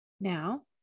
Now